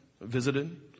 visited